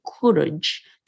courage